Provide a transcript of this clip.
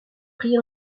pris